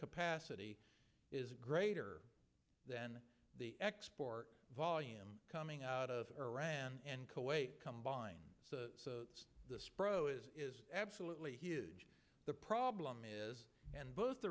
capacity is greater than the export volume coming out of iraq and kuwait combined the spro is absolutely huge the problem is and both